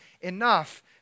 enough